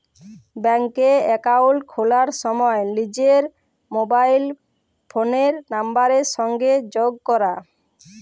ব্যাংকে একাউল্ট খুলার সময় লিজের মবাইল ফোলের লাম্বারের সংগে যগ ক্যরা